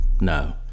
no